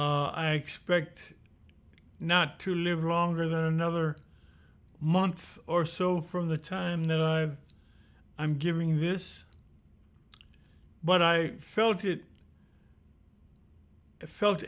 i expect not to live longer than another month or so from the time that i i'm giving this but i felt it i felt